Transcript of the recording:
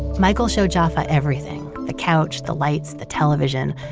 michael showed jaffa everything the couch, the lights, the television.